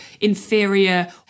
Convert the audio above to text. inferior